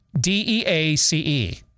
D-E-A-C-E